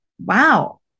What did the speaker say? wow